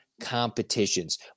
competitions